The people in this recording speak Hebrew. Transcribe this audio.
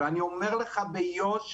אבל אני אומר לך ביושר: